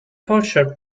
posher